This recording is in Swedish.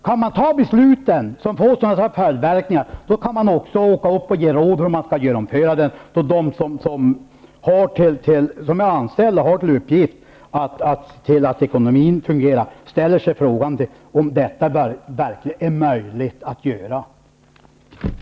Kan man fatta beslut som får sådana följdverkningar, kan man också åka upp och ge råd om hur de skall genomföras, så att de anställda som har till uppgift att se till att ekonomin fungerar får veta hur detta är möjligt att göra, vilket de i dag frågar sig.